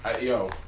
yo